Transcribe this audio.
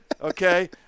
Okay